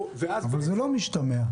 אבל זה לא משתמע.